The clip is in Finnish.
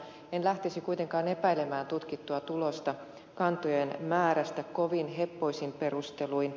en lähtisi kuitenkaan epäilemään tutkittua tulosta kantojen määrästä kovin heppoisin perusteluin